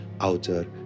outer